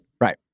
Right